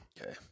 okay